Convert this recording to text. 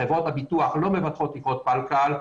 חברות הביטוח לא מבטחות תקרות פלקל,